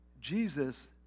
Jesus